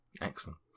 Excellent